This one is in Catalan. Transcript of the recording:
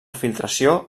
filtració